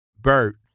Bert